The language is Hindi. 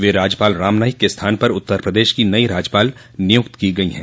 वे राज्यपाल राम नाइक के स्थान पर उत्तर प्रदेश की नई राज्यपाल नियुक्त की गई हैं